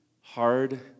hard